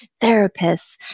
therapists